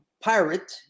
pirate